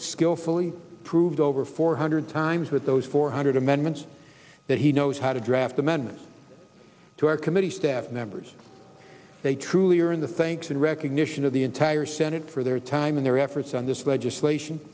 skillfully approved over four hundred times that those four hundred amendments that he knows how to draft amendments to our committee staff members they truly are in the thanks and recognition of the entire senate for their time and their efforts on this legislation